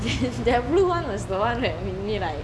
that blue one was the one that make me like